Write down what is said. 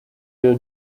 your